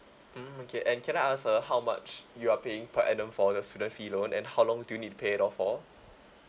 mm okay and can I ask uh how much you are paying per annum for the student fee loan and how long do you need to pay it off for